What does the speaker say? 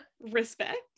respect